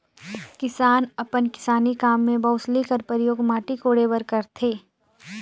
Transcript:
किसान अपन किसानी काम मे बउसली कर परियोग माटी कोड़े बर करथे